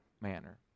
Manner